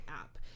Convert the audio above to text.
app